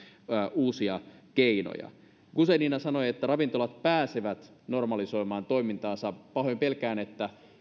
uusia keinoja guzenina sanoi että ravintolat pääsevät normalisoimaan toimintaansa pahoin pelkään että